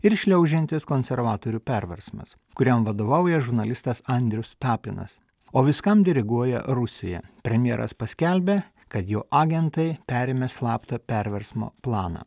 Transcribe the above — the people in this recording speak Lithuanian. ir šliaužiantis konservatorių perversmas kuriam vadovauja žurnalistas andrius tapinas o viskam diriguoja rusija premjeras paskelbė kad jo agentai perėmė slaptą perversmo planą